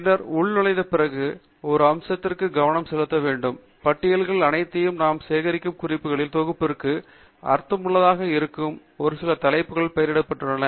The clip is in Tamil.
பின்னர் உள்நுழைந்த பிறகு ஒரு அம்சத்திற்கும் கவனம் செலுத்த வேண்டும் பட்டியல்கள் அனைத்தையும் நாம் சேகரிக்கும் குறிப்புகளின் தொகுப்பிற்கு அர்த்தமுள்ளதாக இருக்கும் சில தலைப்புகளுடன் பெயரிடப்பட்டிருக்கின்றன